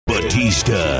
Batista